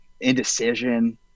indecision